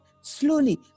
slowly